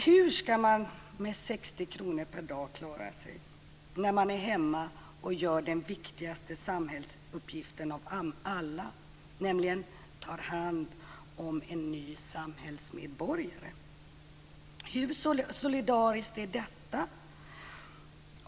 Hur ska man klara sig med 60 kr per dag när man är hemma och gör den viktigaste samhällsuppgiften av alla, nämligen tar hand om en ny samhällsmedborgare? Hur solidariskt är detta?